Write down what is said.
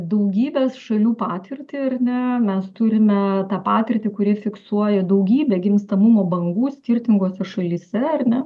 daugybės šalių patirtį ar ne mes turime tą patirtį kuri fiksuoja daugybę gimstamumo bangų skirtingose šalyse ar ne